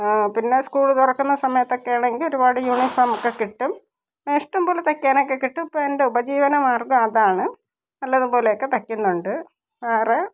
പിന്നെ സ്കൂൾ തുറക്കുന്ന സമയത്തൊക്കെയാണെങ്കിൽ ഒരുപാട് യുണിഫോമൊക്കെ കിട്ടും ഇഷ്ടം പോലെ തൈയ്ക്കാനൊക്കെ കിട്ടും ഇപ്പോൾ എന്റെ ഉപജീവനമാര്ഗം അതാണ് നല്ലതുപോലെയൊക്കെ തയ്ക്കുന്നുണ്ട് വേറെ